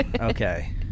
Okay